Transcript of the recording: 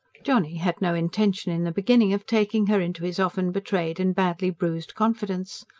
johnny had no intention, in the beginning, of taking her into his often-betrayed and badly bruised confidence.